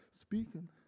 Speaking